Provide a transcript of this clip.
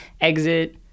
Exit